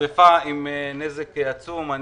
שריפה עם נזק עצום.